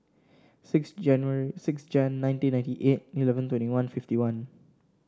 six January six Jan nineteen ninety eight eleven twenty one fifty one